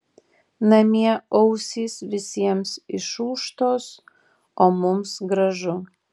namie ausys visiems išūžtos o mums gražu